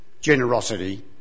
generosity